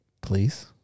please